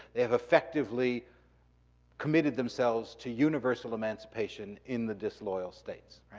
they have effectively committed themselves to universal emancipation in the disloyal states.